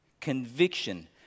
conviction